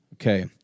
Okay